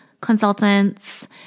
consultants